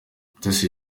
mutesi